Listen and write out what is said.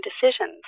decisions